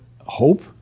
hope